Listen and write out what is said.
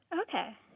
Okay